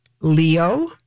leo